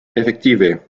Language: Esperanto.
efektive